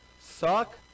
suck